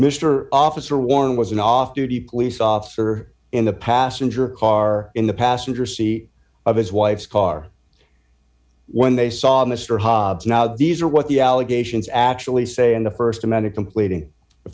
mr officer warren was an off duty police officer in the passenger car in the passenger seat of his wife's car when they saw mr hobbs now these are what the allegations actually say in the st amended completing the